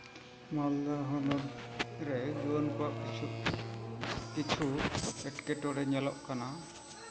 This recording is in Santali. ᱢᱟᱞᱫᱟ ᱦᱚᱱᱚᱛ ᱨᱮ ᱡᱩᱣᱟᱹᱱ ᱠᱚᱣᱟᱜ ᱠᱤᱪᱷᱩ ᱮᱸᱴᱠᱮᱴᱚᱬᱮ ᱧᱮᱞᱚᱜ ᱠᱟᱱᱟ